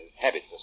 habits